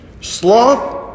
sloth